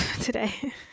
today